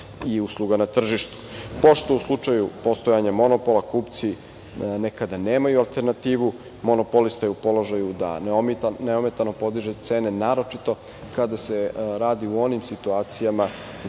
i usluga na tržištu. Pošto u slučaju postojanja monopola kupci nekada nemaju alternativu, monopolista je u položaju da neometano podiže cene, naročito kada se radi o onom situacijama